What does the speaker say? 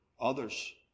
others